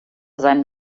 seinem